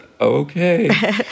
okay